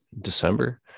december